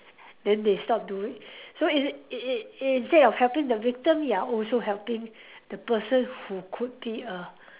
then they stop do it so it it it it it instead of helping the victim you are also helping the person who could be a